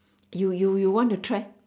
you you you want to try